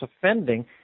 offending